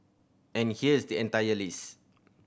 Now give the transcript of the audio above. and here's the entire list